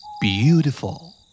Beautiful